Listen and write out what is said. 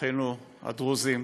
אחינו הדרוזים,